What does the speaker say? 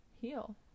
heal